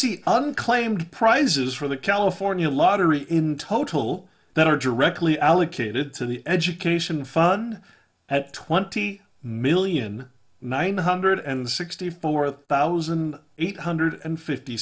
see unclaimed prizes for the california lottery in total that are directly allocated to the education fund at twenty million nine hundred and sixty four thousand eight hundred and fifty